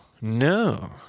No